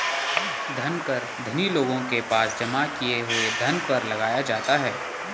धन कर धनी लोगों के पास जमा किए हुए धन पर लगाया जाता है